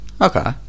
Okay